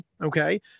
Okay